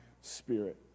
spirit